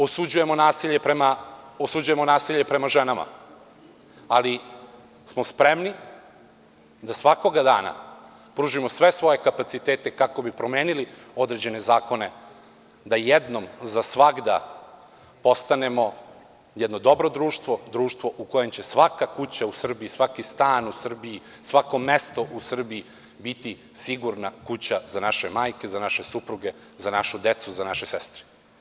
Osuđujemo nasilje prema ženama, ali smo spremni da svakoga dana pružimo sve svoje kapacitete kako bi promenili određene zakone, da jednom za svagda postanemo jedno dobro društvo, društvo u kojem će svaka kuća u Srbiji, svaki stan u Srbiji, svako mesto u Srbiji biti sigurna kuća za naše majke, za naše supruge, za našu decu, za naše sestre.